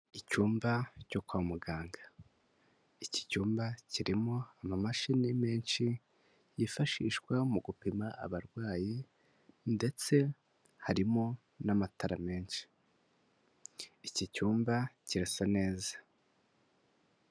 Icyumba cyo kwa muganga, iki cyumba kirimo amamashini menshi yifashishwa mu gupima abarwayi ndetse harimo n'amatara menshi, iki cyumba kirasa neza.